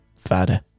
father